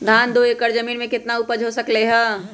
धान दो एकर जमीन में कितना उपज हो सकलेय ह?